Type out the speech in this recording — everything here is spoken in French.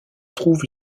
trouvent